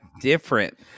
different